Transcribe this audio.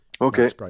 Okay